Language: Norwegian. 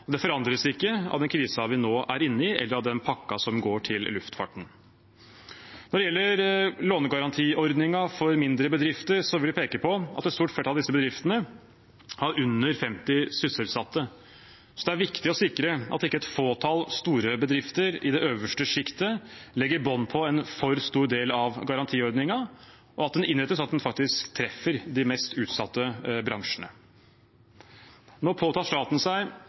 og aksjonærer tar en rettmessig del av byrden. Vi har i Stortinget mange ganger tatt opp Norwegians selskapsstruktur, som bidrar til fagforeningsknusing. En viktig del av svaret på klimakrisen er at det må flys mindre. Det forandres ikke av den krisen vi nå er inne i, eller av den pakken som går til luftfarten. Når det gjelder lånegarantiordningen for mindre bedrifter, vil jeg peke på at et stort flertall av disse bedriftene har under 50 sysselsatte. Det er viktig å sikre at ikke et fåtall store bedrifter i det øverste sjiktet legger bånd på